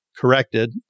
Corrected